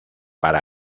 para